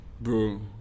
bro